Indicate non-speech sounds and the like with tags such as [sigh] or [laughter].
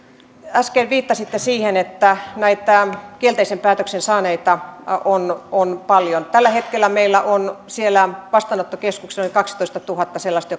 äsken viittasitte siihen että näitä kielteisen päätöksen saaneita on on paljon tällä hetkellä meillä on siellä vastaanottokeskuksissa noin kaksitoistatuhatta sellaista [unintelligible]